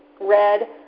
red